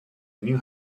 new